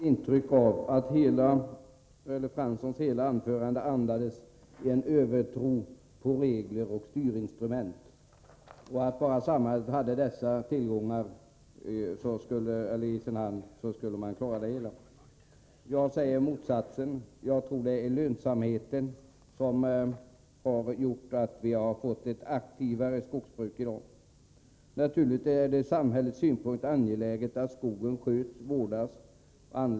Herr talman! Rätta mig om jag har fel, Jan Fransson! Men jag fick ett intryck av att Jan Franssons hela anförande andades en övertro på regler och styrinstrument — bara samhället hade dessa tillgångar i sin hand, så skulle man klara det hela. Jag säger motsatsen. Jag tror att det är lönsamheten som har gjort att vi har fått ett aktivare skogsbruk i dag. Naturligtvis är det från samhällets synpunkt angeläget att skogen sköts och vårdas.